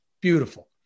beautiful